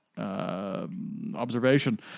Observation